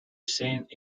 saint